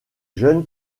jeunes